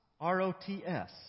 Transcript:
R-O-T-S